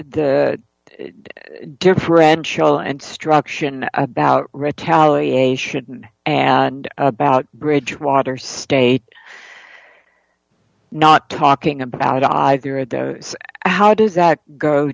the differential and struction about retaliation and about bridgewater state not talking about either at that how does that go